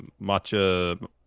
Matcha